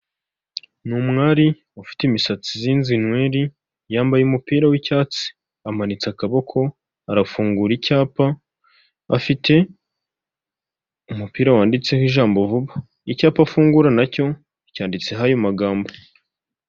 Ni umwari ufite imisatsi izinze nyweri, yambaye umupira w'icyatsi amanitse akaboko arafungura icyapa afite umupira wanditseho ijambo vuba, icyapa afungura nacyo cyanditseho ayo magambo.